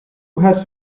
has